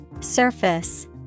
Surface